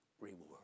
reward